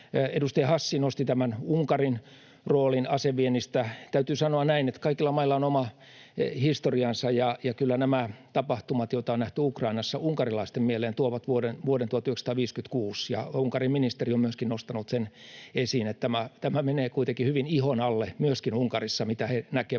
Edustaja Hassi nosti tämän Unkarin roolin aseviennissä. Täytyy sanoa, että kaikilla mailla on oma historiansa, ja kyllä nämä tapahtumat, joita on nähty Ukrainassa, unkarilaisten mieleen tuovat vuoden 1956, ja Unkarin ministeri on myöskin nostanut sen esiin. Eli tämä menee kuitenkin hyvin ihon alle myöskin Unkarissa, mitä he näkevät